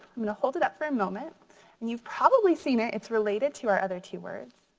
i'm gonna hold it up for a moment and you've probably seen it, it's related to our other two words.